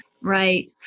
Right